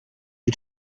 you